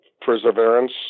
perseverance